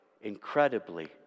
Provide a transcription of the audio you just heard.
incredibly